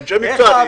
זה לא נשמע ככה.